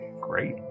Great